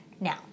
Now